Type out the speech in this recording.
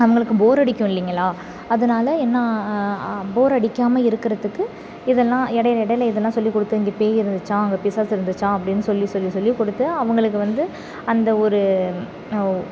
அவங்களுக்கு போர் அடிக்குதுல்லிங்களா அதனாலே என்ன போர் அடிக்காமல் இருக்கிறதுக்கு இதெல்லாம் இடைல இடைல இதெல்லாம் சொல்லிக் கொடுத்து இங்கே பேய் இருந்துச்சாம் அங்கே பிசாசு இருந்துச்சாம் அப்படினு சொல்லி சொல்லி சொல்லிக் கொடுத்து அவங்களுக்கு வந்து அந்த ஒரு